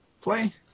play